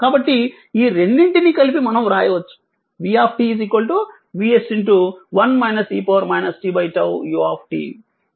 కాబట్టి ఈ రెండింటినీ కలిపి మనం వ్రాయవచ్చు v VS 1 e t𝝉 u